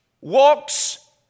walks